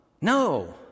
No